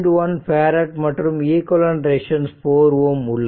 1F மற்றும் equivalent resistance 4 Ω உள்ளது